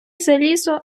залізо